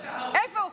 איפה?